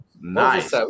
Nice